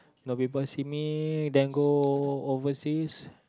no people see me then go overseas